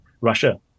Russia